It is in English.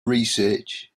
research